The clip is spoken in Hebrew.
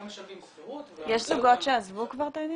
הם משלמים שכירות ו --- יש זוגות שעזבו כבר את העניין?